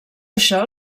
això